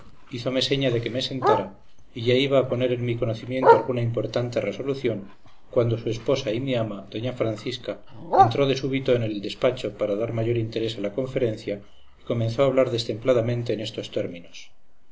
ante mí hízome seña de que me sentara y ya iba a poner en mi conocimiento alguna importante resolución cuando su esposa y mi ama doña francisca entró de súbito en el despacho para dar mayor interés a la conferencia y comenzó a hablar destempladamente en estos términos